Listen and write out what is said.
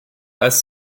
als